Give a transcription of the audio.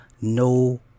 no